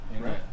Right